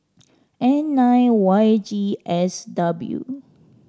N nine Y G S W